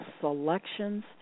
selections